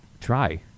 Try